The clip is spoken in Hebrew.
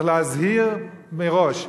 צריך להזהיר מראש: